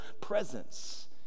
presence